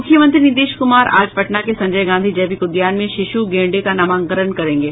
मुख्यमंत्री नीतीश कुमार आज पटना के संजय गांधी जैविक उद्यान में शिशु गैंडे का नामकरण करेंगे